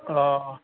অঁ